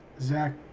Zach